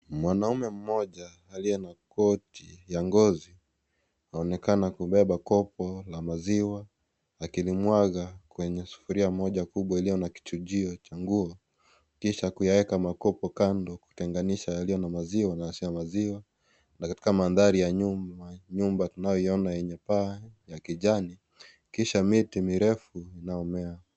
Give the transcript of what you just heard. Mwanaume mmoja aliye na koti ya ngozi, anaonekana kubeba kobo la maziwa akilimwaga kwenye sufuria moja kubwa ilio na kichujio cha nguo, kisha kuyaeka makopo kando kuyatenganisha yaliyo na maziwa na yasiyo na maziwa katika mandari ya nyuma nyumba tunayoiona yenye paa ya kijani kisha miti mirefu inayomea.